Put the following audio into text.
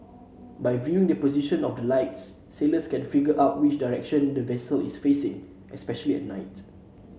by viewing the position of the lights sailors can figure out which direction the vessel is facing especially at night